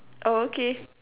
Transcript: um okay